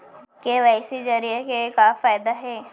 KYC जरिए के का फायदा हे?